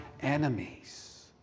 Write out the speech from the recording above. enemies